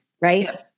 right